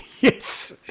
Yes